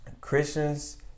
christians